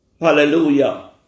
hallelujah